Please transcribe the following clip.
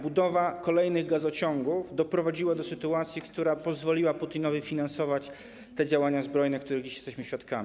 Budowa kolejnych gazociągów doprowadziła do sytuacji, która pozwoliła Putinowi finansować działania zbrojne, których dziś jesteśmy świadkami.